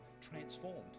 transformed